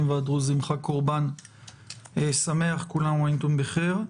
והדרוזים חג קורבן שמח כול עאם ואנתום בח'יר.